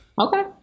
Okay